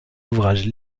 ouvrages